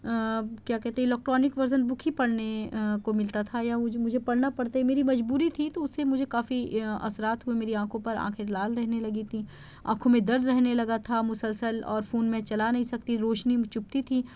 کیا کہتے electronic version book ہی پڑھنے کو ملتا تھا یا وہ جو مجھے پڑھنا پڑتے میری مجبوری تھی تو اس سے مجھے کافی اثرات ہوئے میری آنکھوں پر آنکھیں لال رہنے لگی تھیں آنکھوں میں درد رہنے لگا تھا مسلسل اور فون میں چلا نہیں سکتی روشنی چبھتی تھی